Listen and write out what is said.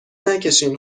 نکشین